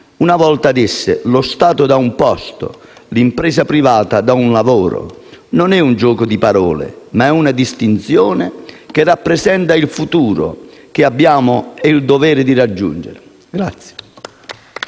una volta disse: «Lo Stato dà un posto, l'impresa privata dà un lavoro». Non è un gioco di parole, ma è una distinzione che rappresenta il futuro, che abbiamo il dovere di raggiungere.